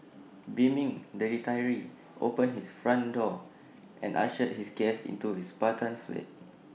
beaming the retiree opened his front door and ushered his guest into his Spartan flat